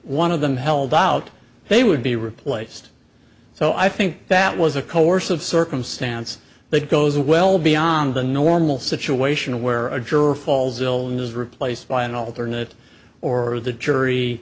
one of them held out they would be replaced so i think that was a coercive circumstance that goes well beyond the normal situation where a juror falls ill and is replaced by an alternate or the jury